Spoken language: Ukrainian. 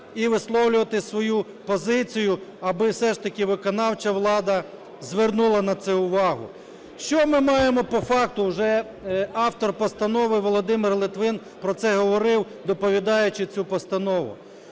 і висловлювати свою позицію, аби все ж таки виконавча влада звернула на це увагу. Що ми маємо по факту? Вже автор постанови Володимир Литвин про це говорив, доповідаючи цю постанову.